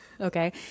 okay